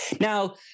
Now